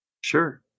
Sure